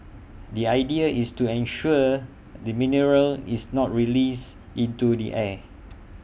the idea is to ensure the mineral is not released into the air